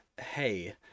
hey